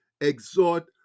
exhort